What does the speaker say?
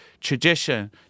tradition